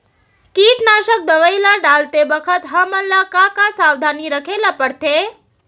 कीटनाशक दवई ल डालते बखत हमन ल का का सावधानी रखें ल पड़थे?